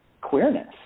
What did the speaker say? queerness